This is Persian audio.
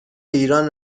ایران